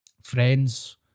friends